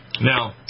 Now